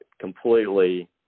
completely